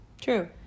True